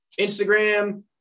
Instagram